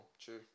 True